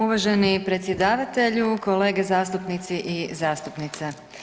Uvaženi predsjedavatelju, kolege zastupnici i zastupnice.